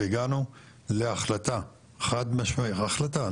והגענו להחלטה חד משמעית החלטה,